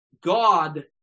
God